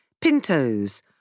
pintos